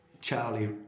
Charlie